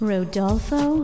Rodolfo